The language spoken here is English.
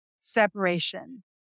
separation